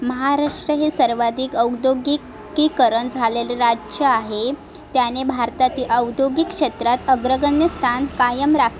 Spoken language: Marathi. महाराष्ट्र हे सर्वाधिक औद्योगिकीकरण झालेले राज्य आहे त्याने भारतातील औद्योगिक क्षेत्रात अग्रगण्य स्थान कायम राख